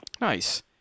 Nice